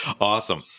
Awesome